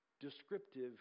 descriptive